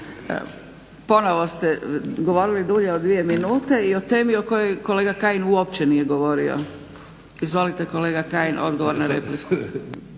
Ponovo ste govorili dulje od 2 minute i o temi o kojoj kolega Kajin uopće nije govorio. Izvolite kolega Kajin odgovor na repliku.